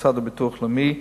המוסד לביטוח לאומי,